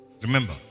Remember